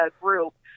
group